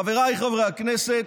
חבריי חברי הכנסת,